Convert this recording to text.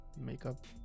makeup